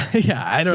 yeah. i don't